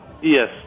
Yes